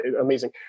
amazing